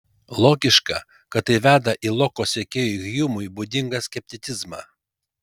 logiška kad tai veda į loko sekėjui hjumui būdingą skepticizmą